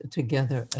together